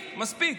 מספיק.